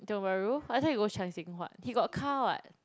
Tiong-Bahru I thought you go Chye-Seng-Huat he got car [what]